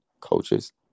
coaches